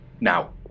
now